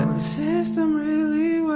and system really